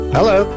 Hello